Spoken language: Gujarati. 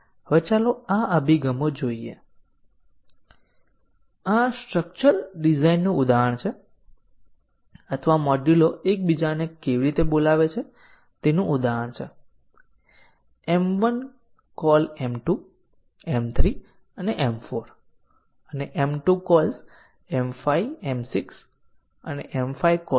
તેના આધારે આપણે ચર્ચા કરેલ ઉદાહરણ માટે DU સાંકળોની ગણતરી કરી શકીએ છીએ a બ્લોક 1 માં વ્યાખ્યાયિત વેરિયેબલ છે અને બ્લોક 5 માં વપરાય છે અને આ DU સાંકળ બનાવે છે